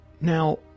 Now